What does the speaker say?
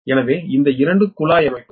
எனவே இந்த இரண்டு குழாய் அமைப்புகள்